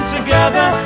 Together